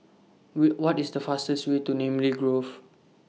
What IS The fastest Way to Namly Grove